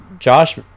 Josh